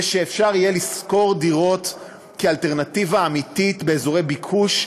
זה שאפשר יהיה לשכור דירות כאלטרנטיבה אמיתית באזורי ביקוש,